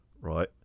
right